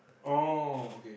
oh okay